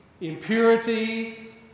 impurity